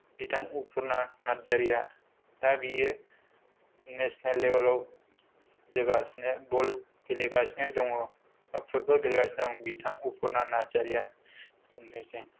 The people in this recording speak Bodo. बिथां अफुर्ना नार्जारीया दा बियो नेसनेल लेबेलाव जोगासिनो बल गेलेगासिनो दङ दा फुटबल गेलेगासिनो दं बिथां अफुर्ना नार्जारीया बेनोसै